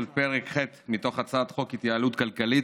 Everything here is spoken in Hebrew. של פרק ח' מתוך הצעת חוק התייעלות כלכלית,